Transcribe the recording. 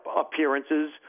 appearances